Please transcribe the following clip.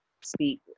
speak